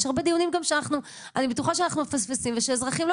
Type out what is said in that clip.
יש גם הרבה דיונים שאני בטוחה שאנחנו מפספסים ושאזרחים לא